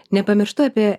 nepamirštu apie